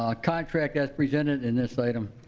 ah contract as presented in this item.